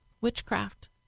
witchcraft